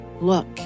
Look